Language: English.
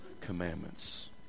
commandments